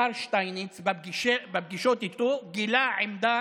השר שטייניץ, בפגישות איתו, גילה עמדה